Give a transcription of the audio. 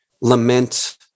lament